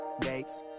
dates